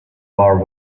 war